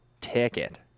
ticket